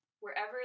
wherever